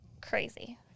Crazy